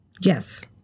Yes